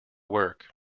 work